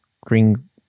Green